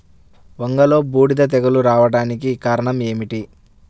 వంగలో బూడిద తెగులు రావడానికి కారణం ఏమిటి?